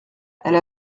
elle